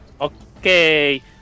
Okay